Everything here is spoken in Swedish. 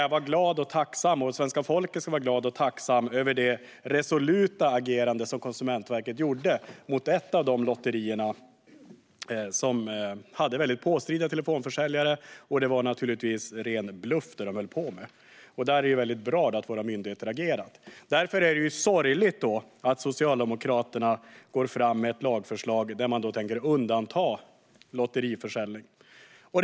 Jag och svenska folket kan vara glada och tacksamma över det resoluta agerande som Konsumentverket gjorde mot en lotteriverksamhet som hade väldigt påstridiga telefonförsäljare - och det var naturligtvis ren bluff de höll på med. Där är det väldigt bra att våra myndigheter har agerat. Därför är det sorgligt att Socialdemokraterna går fram med ett lagförslag om att undanta lotteriförsäljning. Herr talman!